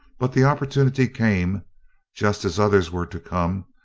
but the opportunity came just as others were to come,